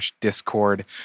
discord